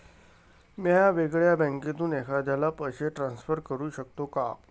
म्या वेगळ्या बँकेतून एखाद्याला पैसे ट्रान्सफर करू शकतो का?